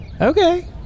okay